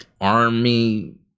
army